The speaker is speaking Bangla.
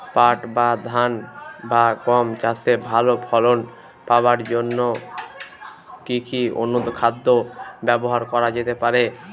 পাট বা ধান বা গম চাষে ভালো ফলন পাবার জন কি অনুখাদ্য ব্যবহার করা যেতে পারে?